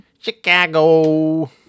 Chicago